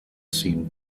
seemed